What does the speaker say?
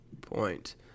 point